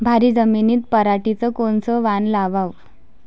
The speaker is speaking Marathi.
भारी जमिनीत पराटीचं कोनचं वान लावाव?